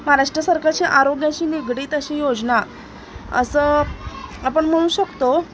महाराष्ट्र सरकारची आरोग्याशी निगडीत अशी योजना असं आपण म्हणू शकतो